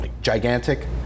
gigantic